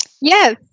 Yes